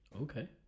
Okay